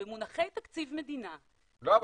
במונחי תקציב מדינה --- לא,